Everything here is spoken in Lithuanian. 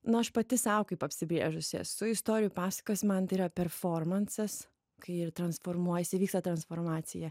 nu aš pati sau kaip apsibrėžusi esu istorijų pasakas man tai yra performansas kai ji ir transformuojasi vyksta transformacija